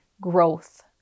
Growth